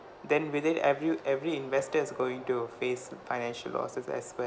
then with it every every investor is going to face financial losses as well